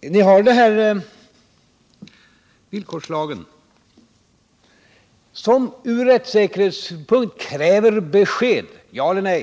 Ni har villkorslagen, som gör att det från rättssäkerhetssynpunkt krävs besked — ja eller nej.